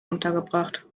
untergebracht